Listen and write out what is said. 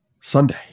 Sunday